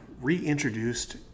reintroduced